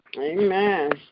Amen